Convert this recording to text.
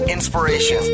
Inspiration